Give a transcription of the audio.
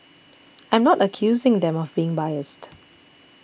I'm not accusing them of being biased